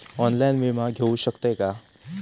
Online विमा घेऊ शकतय का?